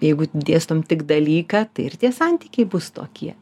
jeigu dėstom tik dalyką tai ir tie santykiai bus tokie